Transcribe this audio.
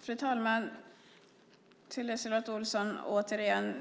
Fru talman! Till LiseLotte Olsson återigen: